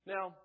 Now